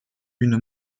une